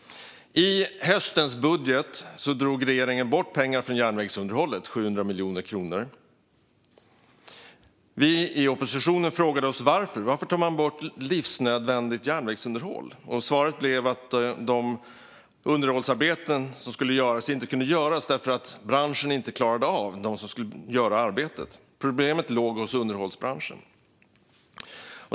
I höstens budget drog regeringen bort pengar från järnvägsunderhållet, 700 miljoner kronor. Vi i oppositionen frågade oss varför man tog bort livsnödvändigt järnvägsunderhåll. Svaret blev att de underhållsarbeten som skulle göras inte kunde göras därför att branschen och de som skulle göra arbetet inte klarade av det. Problemet låg hos underhållsbranschen.